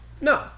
no